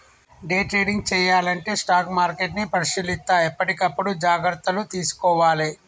day trading చెయ్యాలంటే stock మార్కెట్ని పరిశీలిత్తా ఎప్పటికప్పుడు జాగర్తలు తీసుకోవాలే